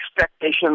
expectations